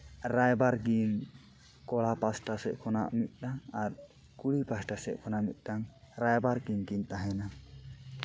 ᱨᱟᱭᱵᱟᱨ ᱜᱮ ᱠᱚᱲᱟ ᱯᱟᱦᱟᱴᱟ ᱥᱮᱫ ᱠᱷᱚᱱᱟᱜ ᱢᱤᱫᱴᱟᱝ ᱟᱨ ᱠᱩᱲᱤ ᱯᱟᱦᱟᱴᱟ ᱥᱮᱫ ᱠᱷᱚᱱᱟᱜ ᱢᱤᱫᱴᱟᱝ ᱨᱟᱭᱵᱟᱨ ᱠᱤᱱ ᱠᱤᱱ ᱛᱟᱦᱮᱱᱟ